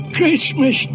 Christmas